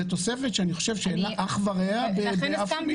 זו תוספת שאין לה אח ורע באף מגזר.